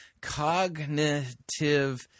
Cognitive